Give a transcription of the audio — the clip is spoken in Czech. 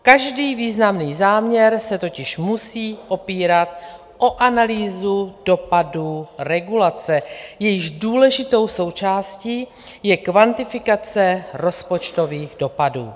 Každý významný záměr se totiž musí opírat o analýzu dopadu regulace, jejíž důležitou součástí je kvantifikace rozpočtových dopadů.